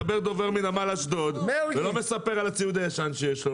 מדבר דובר מנמל אשדוד ולא מספר על הציוד הישן שיש לו,